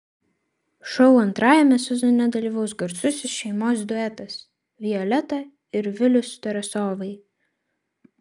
šou antrajame sezone dalyvaus garsusis šeimos duetas violeta ir vilius tarasovai